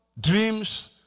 dreams